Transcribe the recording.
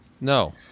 No